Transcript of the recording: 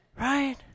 Right